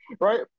right